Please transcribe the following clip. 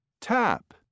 tap